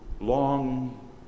long